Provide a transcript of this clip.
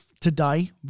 today